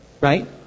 right